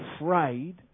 afraid